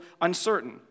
uncertain